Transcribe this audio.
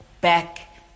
back